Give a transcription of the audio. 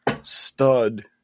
stud